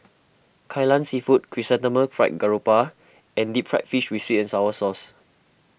Kai Lan Seafood Chrysanthemum Fried Garoupa and Deep Fried Fish with Sweet and Sour Sauce